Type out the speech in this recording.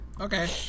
Okay